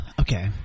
Okay